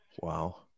Wow